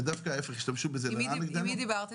ודווקא ההיפך השתמש בזה לרעה נגדנו.